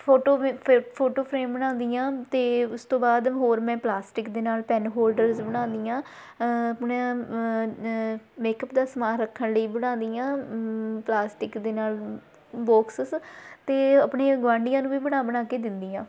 photo frame ਬਣਾਉਂਦੀ ਹਾਂ ਅਤੇ ਉਸ ਤੋਂ ਬਾਅਦ ਹੋਰ ਮੈਂ ਪਲਾਸਟਿਕ ਦੇ ਨਾਲ ਪੈਨ ਹੋਲਡਰਸ ਬਣਾਉਂਦੀ ਹਾਂ ਮੇਕਅਪ ਦਾ ਸਮਾਨ ਰੱਖਣ ਲਈ ਬਣਾਉਂਦੀ ਹਾਂ ਪਲਾਸਟਿਕ ਦੇ ਨਾਲ ਬੋਕਸਸ ਅਤੇ ਆਪਣੇ ਗੁਆਂਢੀਆਂ ਨੂੰ ਵੀ ਬਣਾ ਬਣਾ ਕੇ ਦਿੰਦੀ ਹਾਂ